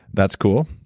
that's cool.